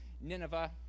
Nineveh